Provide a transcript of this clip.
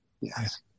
Yes